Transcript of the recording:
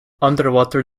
underwater